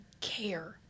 care